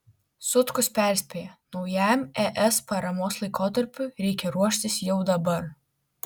sutkus perspėja naujajam es paramos laikotarpiui reikia ruoštis jau dabar